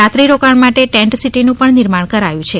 રાત્રિરોકાણ માટે ટેન્ટ સિટીનુ પણ નિર્માણ કરાયુ છે